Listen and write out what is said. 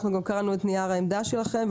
גם קראנו את נייר העמדה שלכם,